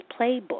playbook